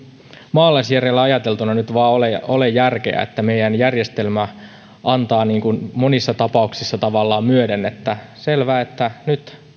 maalaisjärjellä ajateltuna nyt vain ole järkeä että meidän järjestelmä antaa monissa tapauksissa tavallaan myöden että selvä nyt